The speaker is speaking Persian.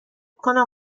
کنم